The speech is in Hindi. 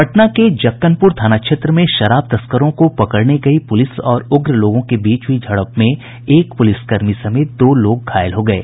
पटना के जक्कनपुर थाना क्षेत्र में शराब तस्करों को पकड़ने गयी पुलिस और उग्र लोगों के बीच हुयी झड़प में एक पुलिसकर्मी समेत दो लोग घायल हो गये